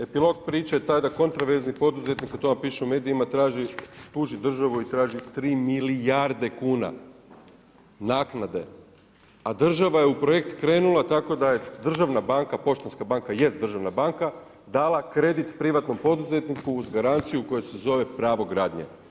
Epilog priče je taj da kontraverzni poduzetnik o tome piše u medijima traži, tuži državu i traži 3 milijarde kuna naknade, a država je u projekt krenula tako da je državna banka, Poštanska banka jest državna banka dala kredit privatnom poduzetniku uz garanciju koja se zove pravo gradnje.